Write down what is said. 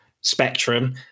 spectrum